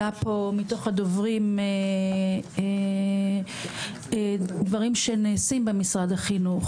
עלה פה מתוך הדוברים דברים שנעשים במשרד החינוך,